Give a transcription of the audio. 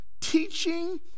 teaching